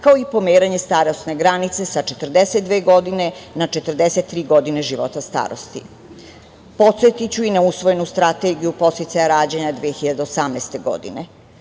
kao i pomeranje starosne granice sa 42 godine na 43 godine života starosti. Podsetiću i na usvojenu Strategiju podsticaja rađanja 2018. godine.